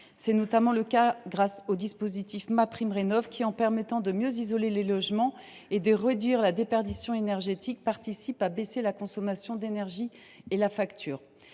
C’est notamment le cas grâce au dispositif MaPrimeRenov’, qui, en permettant de mieux isoler les logements et de réduire la déperdition énergétique, participe à diminuer la consommation d’énergie et la facture.